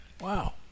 Wow